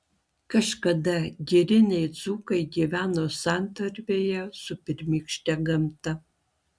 kažkada giriniai dzūkai gyveno santarvėje su pirmykšte gamta